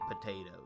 potatoes